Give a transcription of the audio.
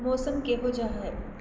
ਮੌਸਮ ਕਿਹੋ ਜਿਹਾ ਹੈ